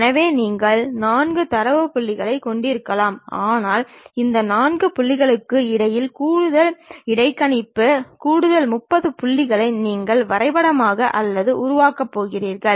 எனவே நீங்கள் 4 தரவு புள்ளிகளைக் கொண்டிருக்கலாம் ஆனால் இந்த 4 புள்ளிகளுக்கு இடையில் கூடுதல் இடைக்கணிப்பு கூடுதல் 30 புள்ளிகளை நீங்கள் வரைபடமாக்க அல்லது உருவாக்கப் போகிறீர்கள்